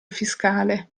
fiscale